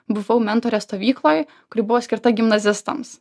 buvau mentorė stovykloj kuri buvo skirta gimnazistams